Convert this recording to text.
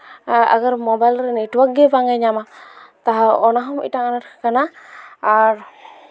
ᱟᱜᱚᱨ mobile ᱨᱮ network ᱜᱮ ᱵᱟᱝᱮ ᱧᱟᱢᱟ ᱛᱟᱦᱚᱞᱮ ᱚᱱᱟᱦᱚᱸ ᱢᱤᱫᱴᱟᱝ ᱟᱱᱟᱴ ᱠᱟᱱᱟ ᱟᱨ